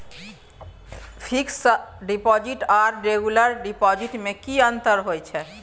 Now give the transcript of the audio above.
Fix deposit आर regular deposit में की अंतर होय छै?